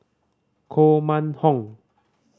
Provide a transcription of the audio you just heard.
Koh Mun Hong